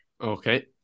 Okay